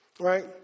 right